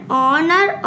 honor